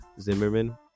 Zimmerman